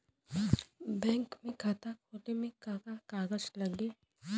Bank में खाता खोले मे का का कागज लागी?